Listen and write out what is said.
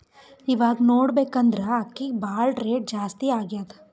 ಇವಾಗ್ ನೋಡ್ಬೇಕ್ ಅಂದ್ರ ಅಕ್ಕಿಗ್ ಭಾಳ್ ರೇಟ್ ಜಾಸ್ತಿ ಆಗ್ಯಾದ